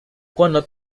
cuando